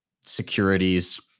Securities